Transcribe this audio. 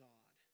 God